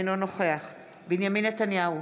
אינו נוכח בנימין נתניהו,